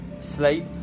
sleep